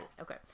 okay